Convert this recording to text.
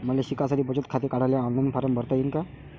मले शिकासाठी बचत खात काढाले ऑनलाईन फारम भरता येईन का?